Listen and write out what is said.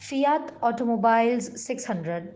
Fiat automobiles six hundred